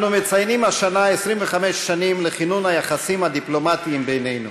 אנו מציינים השנה 25 שנים לכינון היחסים הדיפלומטיים בינינו.